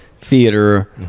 theater